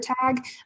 tag